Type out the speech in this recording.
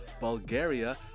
Bulgaria